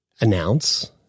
announce